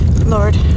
Lord